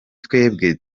twebwe